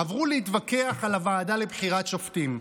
עברו להתווכח על הוועדה לבחירת שופטים,